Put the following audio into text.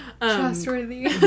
Trustworthy